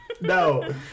No